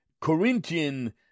corinthian